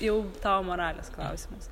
jau tau moralės klausimas